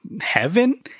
heaven